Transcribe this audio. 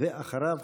ואחריו,